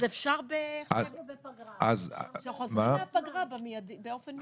אז אפשר לדבר על כך כשחוזרים מהפגרה באופן מיידי.